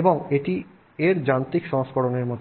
এবং এটি এর যান্ত্রিক সংস্করণের মতো